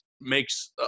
makes